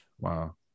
Wow